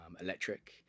electric